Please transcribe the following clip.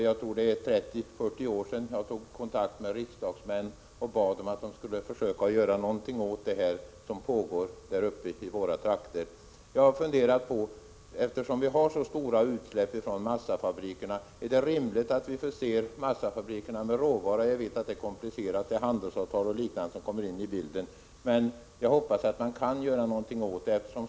Jag tror att det är 30-40 år sedan som jag tog kontakt med riksdagsmän och bad dem försöka göra någonting åt det som pågick uppe i våra trakter. Jag har funderat på en sak. Är det, med tanke på att vi har så stora utsläpp från massafabrikerna, rimligt att vi förser dessa med råvara? Jag vet att frågan är komplicerad och att handelsavtal och liknande kommer in i bilden, men jag hoppas att man kan göra någonting åt detta.